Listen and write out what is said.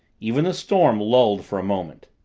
even the storm lulled for a moment.